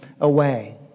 away